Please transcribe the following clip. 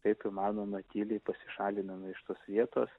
taip įmanoma tyliai pasišalinome iš tos vietos